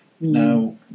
Now